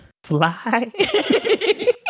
Fly